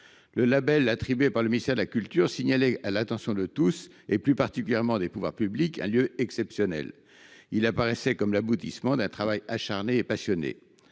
à leur entretien, un agrément fiscal. Il signalait à l’attention de tous et, plus particulièrement, des pouvoirs publics un lieu exceptionnel. Il apparaissait comme l’aboutissement d’un travail acharné et passionné.